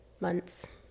months